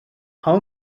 how